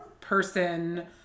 person